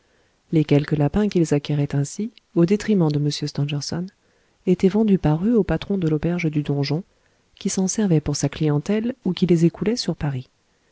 les quelques lapins qu'ils acquéraient ainsi au détriment de m stangerson étaient vendus par eux au patron de l'auberge du donjon qui s'en servait pour sa clientèle ou qui les écoulait sur paris